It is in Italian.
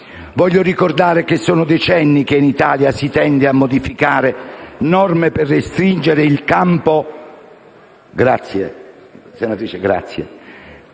incostituzionalità. Sono decenni che in Italia si tende a modificare norme per restringere il campo